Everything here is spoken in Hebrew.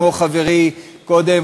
כמו שחברי קודם,